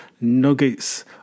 nuggets